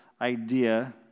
idea